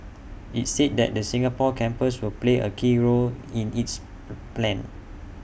IT said that the Singapore campus will play A key role in its plan